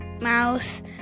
Mouse